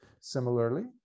Similarly